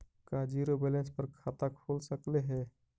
का zero balance पर खाता खुल सकले हे?